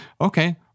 Okay